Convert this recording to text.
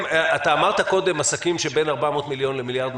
אמרת קודם: עסקים שבין 400 מיליון ל-1.2 מיליארד,